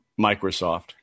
Microsoft